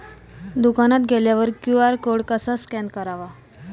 दुकानात गेल्यावर QR code कसा स्कॅन करायचा?